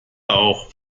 auch